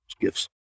gifts